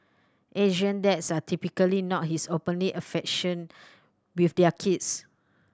Asian dads are typically not his openly affection with their kids